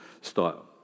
style